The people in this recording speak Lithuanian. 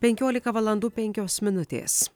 penkiolika valandų penkios minutės